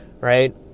right